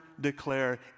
declare